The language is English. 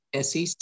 SEC